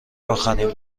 اخرین